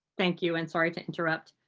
thank you and sorry to interrupt.